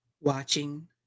watching